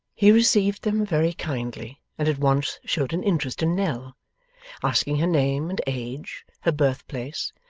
he received them very kindly, and at once showed an interest in nell asking her name, and age, her birthplace,